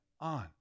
on